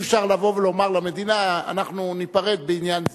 אי-אפשר לבוא ולומר למדינה: אנחנו ניפרד בעניין זה.